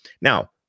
Now